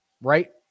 right